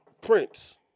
prince